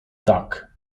tak